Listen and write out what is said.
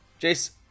Jace